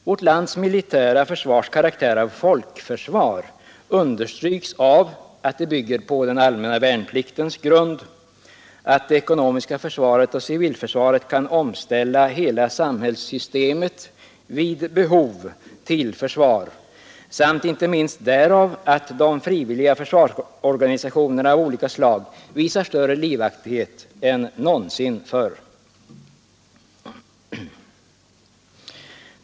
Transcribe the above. Vårt lands militära försvars karaktär av folkförsvar understryks av att det bygger på den allmänna värnpliktens grund, att det ekonomiska försvaret och civilförsvaret vid behov kan omställa hela samhällssystemet till försvar samt inte minst därav att de frivilliga försvarsorganisationerna av olika slag visar större livaktighet än någonsin förr.